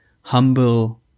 humble